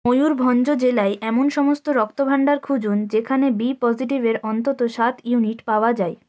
ময়ূরভঞ্জ জেলায় এমন সমস্ত রক্তভাণ্ডার খুঁজুন যেখানে বি পজেটিভের অন্তত সাত ইউনিট পাওয়া যায়